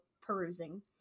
perusing